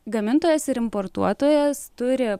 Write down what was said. gamintojas ir importuotojas turi